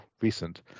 recent